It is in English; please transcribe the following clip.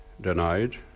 denied